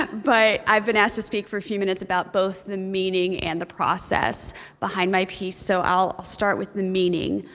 but but i've been asked to speak for a few minutes about both the meaning and the process behind my piece. so i'll start with the meaning.